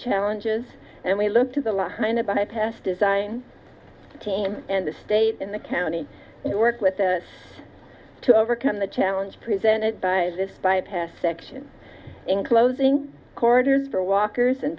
challenges and we look to the law in a bypass design team and the state and the county who work with us to overcome the challenge presented by this bypass section in closing corridors for walkers and